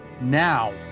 Now